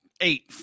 eight